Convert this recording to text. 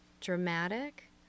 dramatic